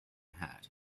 hat